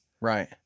right